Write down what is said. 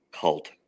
cult